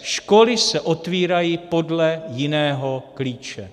Školy se otvírají podle jiného klíče.